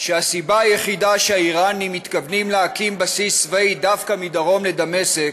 שהסיבה היחידה שהאיראנים מתכוונים להקים בסיס צבאי דווקא מדרום לדמשק